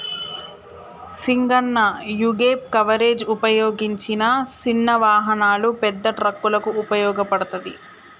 సింగన్న యీగేప్ కవరేజ్ ఉపయోగించిన సిన్న వాహనాలు, పెద్ద ట్రక్కులకు ఉపయోగించబడతది